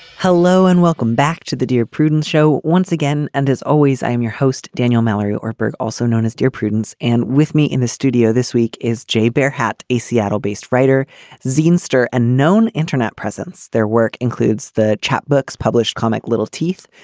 hello and welcome back to the dear prudence show once again. and as always i am your host. daniel mallory or berg also known as dear prudence. and with me in the studio this week is j bare hat a seattle based writer xena star and known internet presence. their work includes the chat books published comic little teeth.